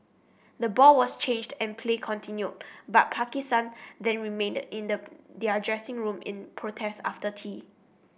the ball was changed and play continued but Pakistan then remained in their dressing room in protest after tea